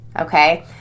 Okay